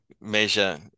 measure